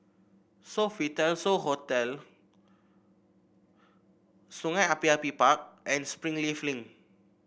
Sofitel So Hotel Sungei Api Api Park and Springleaf Link